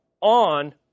on